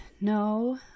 no